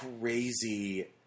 crazy